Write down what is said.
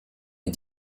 est